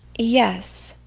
yes.